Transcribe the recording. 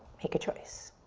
make a choice.